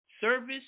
Service